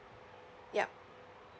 yup